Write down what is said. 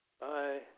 Bye